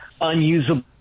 unusable